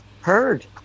heard